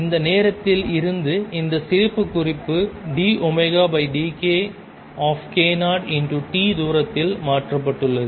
இந்த நேரத்தில் இருந்த இந்த சிறப்புக் குறிப்பு dωdkk0 t தூரத்தால் மாற்றப்பட்டுள்ளது